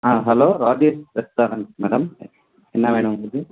ஆ hello Rajesh restaurant madam என்ன வேணும் உங்களுக்கு